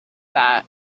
that